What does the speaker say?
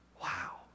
Wow